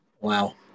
Wow